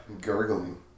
Gurgling